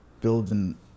building